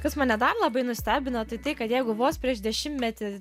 kas mane dar labai nustebino tai tai kad jeigu vos prieš dešimtmetį